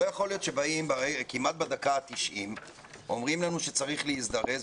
לא יכול להיות שבאים כמעט בדקה ה-90 ואומרים לנו שצריך להזדרז,